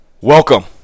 welcome